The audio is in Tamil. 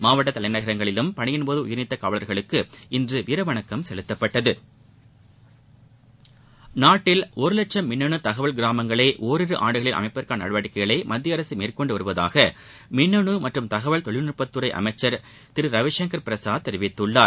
மாவட்ட தலைநகரங்களிலும் பணியின் போது உயிரிழந்த காவலர்களுக்கு இன்று வீர வணக்கம் செலுத்தப்பட்டது நாட்டில் ஒரு லட்சம் மின்னனு தகவல் கிராமங்களை ஒரிரு ஆண்டுகளில் அமைப்பதற்கான நடவடிக்கைகளை மத்திய அரசு மேற்கொண்டு வருவதாக மின்னனு மற்றும் தகவல் தொழில்நுட்பத்துறை அமைச்சர் திரு ரவிசங்கர் பிரசாத் தெரிவித்துள்ளார்